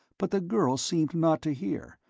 but the girl seemed not to hear,